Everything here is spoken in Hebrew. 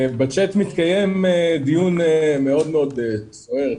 בצ'ט מתקיים דיון מאוד מאוד סוער,